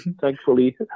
thankfully